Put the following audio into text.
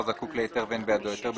בלא היתר מאת המפקח,